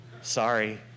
Sorry